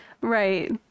Right